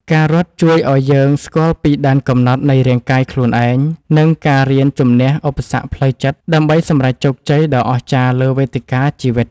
ការរត់ជួយឱ្យយើងស្គាល់ពីដែនកំណត់នៃរាងកាយខ្លួនឯង និងការរៀនជម្នះឧបសគ្គផ្លូវចិត្តដើម្បីសម្រេចជោគជ័យដ៏អស្ចារ្យលើវេទិកាជីវិត។